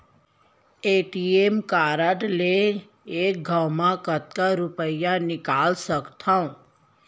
ATM card ले एक घव म कतका रुपिया निकाल सकथव?